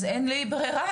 אז אין לי ברירה,